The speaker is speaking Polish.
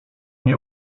nie